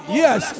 yes